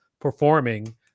performing